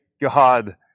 God